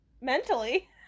Mentally